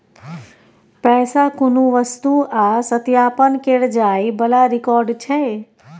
पैसा कुनु वस्तु आ सत्यापन केर जाइ बला रिकॉर्ड छै